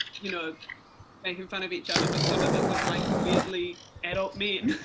you know making fun of each other, but some of it was like weirdly adult men,